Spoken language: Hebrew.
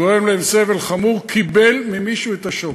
וגורם להם סבל חמור, קיבל ממישהו את השוקר,